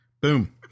Boom